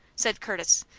said curtis,